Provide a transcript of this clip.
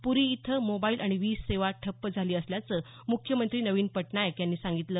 पुरी इथं मोबाईल आणि वीज सेवा ठप्प झाली असल्याचं मुख्यमंत्री नवीन पटनायक यांनी सांगितलं